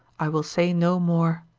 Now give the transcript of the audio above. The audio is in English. i will say no more.